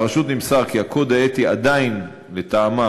מהרשות נמסר כי הקוד האתי עדיין לטעמם